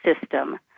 system